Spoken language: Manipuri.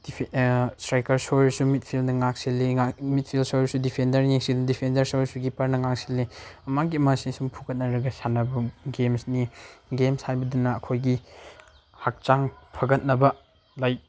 ꯏꯁꯇ꯭ꯔꯥꯏꯛꯀꯔ ꯁꯣꯏꯔꯁꯨ ꯃꯤꯠꯐꯤꯜꯅ ꯉꯥꯛ ꯁꯦꯜꯂꯤ ꯃꯤꯠꯐꯤꯜ ꯁꯣꯏꯔꯁꯨ ꯗꯤꯐꯦꯟꯗꯔꯅ ꯌꯦꯡꯁꯤꯜꯂꯤ ꯗꯤꯐꯦꯟꯗꯔ ꯁꯣꯏꯔꯁꯨ ꯀꯤꯄꯔꯅ ꯉꯥꯛ ꯁꯦꯜꯂꯤ ꯑꯃꯒꯤ ꯑꯃꯁꯤ ꯁꯨꯝ ꯐꯨꯒꯠꯅꯔꯒ ꯁꯥꯟꯅꯕ ꯒꯦꯝꯁꯅꯤ ꯒꯦꯝꯁ ꯍꯥꯏꯕꯗꯅ ꯑꯩꯈꯣꯏꯒꯤ ꯍꯛꯆꯥꯡ ꯐꯒꯠꯅꯕ ꯂꯥꯏꯛ